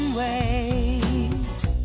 waves